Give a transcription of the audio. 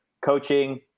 Coaching